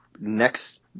next